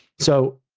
so,